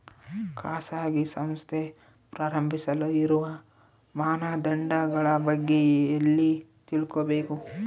ಖಾಸಗಿ ಸಂಸ್ಥೆ ಪ್ರಾರಂಭಿಸಲು ಇರುವ ಮಾನದಂಡಗಳ ಬಗ್ಗೆ ಎಲ್ಲಿ ತಿಳ್ಕೊಬೇಕು?